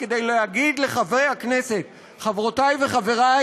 כדי להגיד לחברי הכנסת: חברותי וחברי,